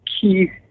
key